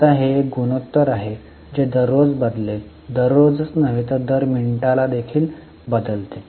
आता हे एक गुणोत्तर आहे जे दररोज बदलेल दररोजच नव्हे तर दर मिनिटाला ते बदलते